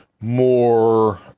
more